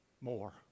more